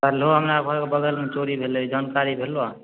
कल्हो हमरा घरके बगलमे चोरी भेलै जानकारी भेलहो आब